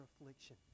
affliction